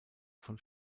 von